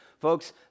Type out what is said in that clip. Folks